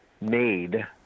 made